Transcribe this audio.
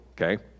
okay